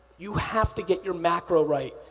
you have to get your macro right.